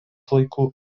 laikų